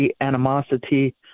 animosity